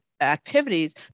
activities